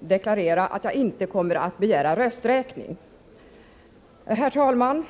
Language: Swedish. deklarera att jag inte kommer att begära rösträkning. Herr talman!